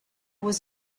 was